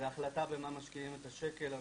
זו החלטה במה משקיעים את השקל הנוסף.